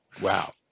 Wow